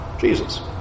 Jesus